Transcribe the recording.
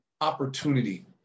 opportunity